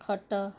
ଖଟ